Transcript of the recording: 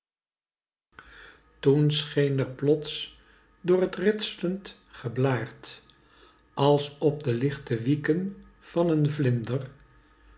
toen scheen er plots door t ritselend geblaert als op de lichte wieken van een vlinder